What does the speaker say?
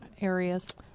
areas